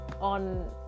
on